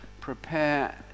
prepare